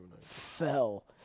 fell